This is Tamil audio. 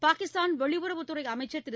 பாகிஸ்தான் வெளியுறவுத்துறை அமைச்சர் திரு